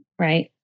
right